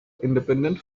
independent